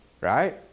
right